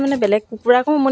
ত' মোৰ চিলাই